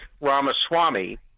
Ramaswamy